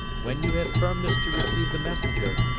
when you have firmness to receive the messenger,